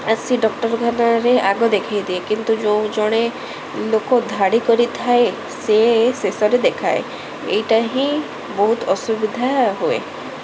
ଆସି ଡକ୍ଟରଖାନରେ ଆଗ ଦେଖାଇଦିଏ କିନ୍ତୁ ଯେଉଁ ଜଣେ ଲୋକ ଧାଡ଼ି କରିଥାଏ ସେ ଶେଷରେ ଦେଖାଏ ଏଇଟା ହିଁ ବହୁତ ଅସୁବିଧା ହୁଏ